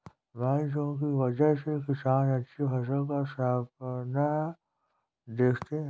monsoon की वजह से किसान अच्छी फसल का सपना देखते हैं